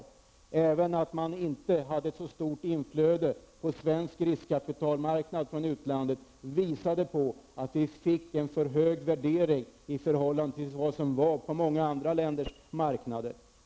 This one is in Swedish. Även det förhållandet att man inte hade ett så stort inflöde från utlandet till svensk riskkapitalmarknad ledde till att vi fick en för hög värdering i förhållande till vad som gällde på andra länders marknader.